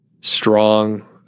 strong